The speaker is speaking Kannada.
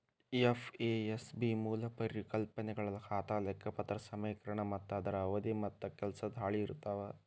ಎಫ್.ಎ.ಎಸ್.ಬಿ ಮೂಲ ಪರಿಕಲ್ಪನೆಗಳ ಖಾತಾ ಲೆಕ್ಪತ್ರ ಸಮೇಕರಣ ಮತ್ತ ಅದರ ಅವಧಿ ಮತ್ತ ಕೆಲಸದ ಹಾಳಿ ಇರ್ತಾವ